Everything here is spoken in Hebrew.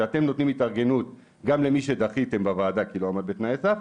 שאתם נותנים התארגנות גם למי שדחיתם בוועדה כי הוא לא עמד בתנאי סף,